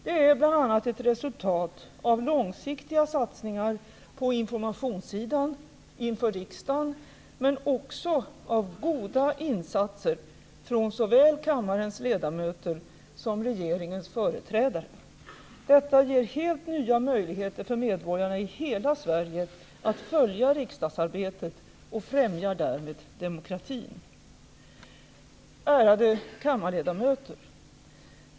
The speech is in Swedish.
Det är bl.a. ett resultat av långsiktiga satsningar på informationssidan inom riksdagen, men också av goda insatser från såväl kammarens ledamöter som regeringens företrädare. Detta ger helt nya möjligheter för medborgare i hela Sverige att följa riksdagsarbetet och främjar därmed demokratin. Ärade kammarledamöter!